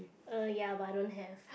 uh ya but I don't have